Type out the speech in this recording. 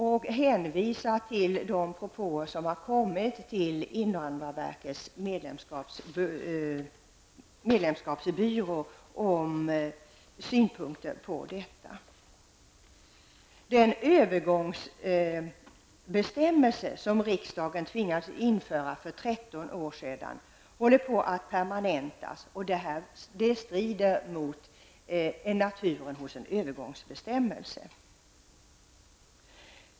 JO hänvisar till de propåer som har kommit till invandrarverkets medlemskapsbyrå om synpunkter på detta. Den övergångsbestämmelse som riksdagen tvingades införa för 13 år sedan håller på att permanentas. Det strider mot naturen hos en övergångsbestämmelse.